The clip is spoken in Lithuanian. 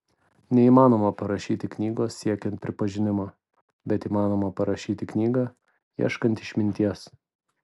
neįmanoma parašyti knygos siekiant pripažinimo bet įmanoma parašyti knygą ieškant išminties